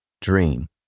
dream